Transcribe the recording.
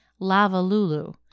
Lavalulu